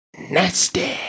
nasty